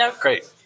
Great